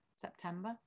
September